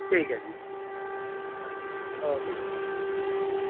ਠੀਕ ਹੈ ਜੀ ਹਾਂਜੀ ਓਕੇ ਜੀ